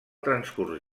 transcurs